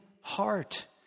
heart